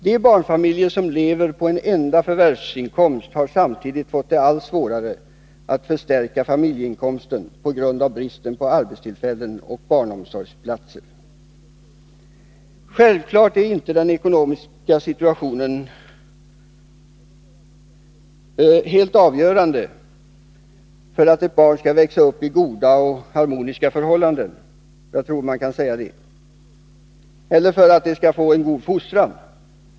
De barnfamiljer som lever på en enda förvärvsinkomst har samtidigt fått det allt svårare att förstärka familjeinkomsten på grund av bristen på arbetstillfällen och barnomsorgsplatser.” Självfallet är inte den ekonomiska situationen helt avgörande för att barn skall växa upp i goda och harmoniska förhållanden eller för att de skall få god fostran.